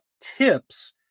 tips